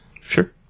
Sure